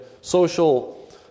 social